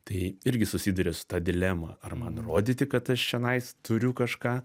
tai irgi susiduria su ta dilema ar man rodyti kad aš čionais turiu kažką